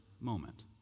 moment